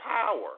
power